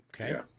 Okay